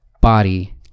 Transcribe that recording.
body